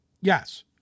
Yes